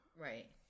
Right